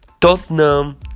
Tottenham